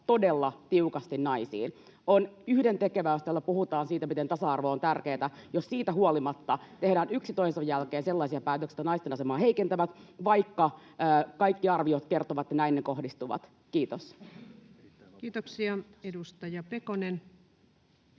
todella tiukasti naisiin. On yhdentekevää, jos täällä puhutaan siitä, miten tasa-arvo on tärkeätä, jos siitä huolimatta tehdään yksi toisensa jälkeen sellaisia päätöksiä, jotka naisten asemaa heikentävät, vaikka kaikki arviot kertovat, että näin ne kohdistuvat. — Kiitos. [Speech